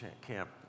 camp